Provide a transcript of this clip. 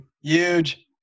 Huge